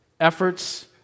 efforts